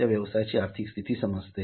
त्या व्यवसायाची आर्थिक स्थिती समजते